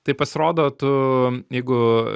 tai pasirodo tu jeigu